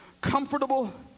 comfortable